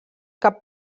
cap